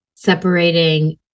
separating